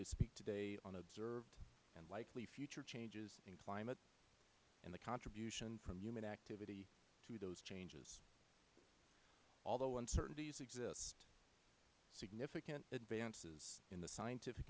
to speak today on observed and likely future changes in climate and the contribution from human activity to those changes although uncertainties exist significant advances in the scientific